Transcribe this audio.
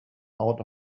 out